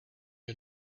you